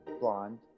blonde